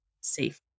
safe